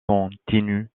continu